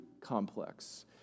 complex